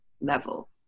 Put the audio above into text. level